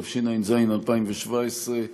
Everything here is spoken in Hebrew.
התשע"ז 2017,